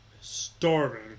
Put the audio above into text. starving